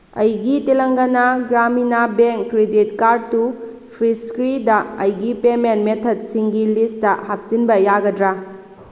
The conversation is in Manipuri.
ꯑꯩꯒꯤ ꯇꯦꯂꯪꯒꯅꯥ ꯒ꯭ꯔꯥꯃꯤꯅꯥ ꯕꯦꯡ ꯀ꯭ꯔꯦꯗꯤꯠ ꯀꯥꯔꯠꯇꯨ ꯐ꯭ꯔꯤꯁꯀ꯭ꯔꯤꯗ ꯑꯩꯒꯤ ꯄꯦꯃꯦꯟ ꯃꯦꯊꯠꯁꯤꯡꯒꯤ ꯂꯤꯁꯇ ꯍꯥꯞꯆꯤꯟꯕ ꯌꯥꯒꯗ꯭ꯔꯥ